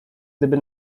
gdyby